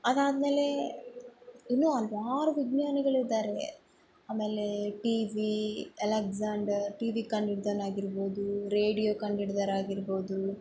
ಅದಾದಮೇಲೆ ಇನ್ನು ಹಲ್ವಾರು ವಿಜ್ಞಾನಿಗಳು ಇದಾರೆ ಆಮೇಲೆ T V Alexander T V ಕಂಡು ಹಿಡ್ದೋನ್ ಆಗಿರ್ಬೌದು ರೇಡಿಯೋ ಕಂಡು ಹಿಡ್ದೋರ್ ಆಗಿರ್ಬೌದು